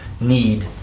need